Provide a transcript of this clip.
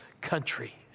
country